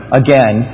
again